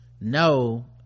no